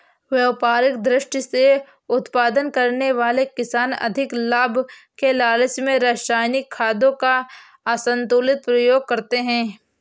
व्यापारिक दृष्टि से उत्पादन करने वाले किसान अधिक लाभ के लालच में रसायनिक खादों का असन्तुलित प्रयोग करते हैं